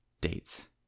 dates